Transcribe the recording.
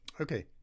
Okay